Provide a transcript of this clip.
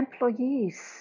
Employees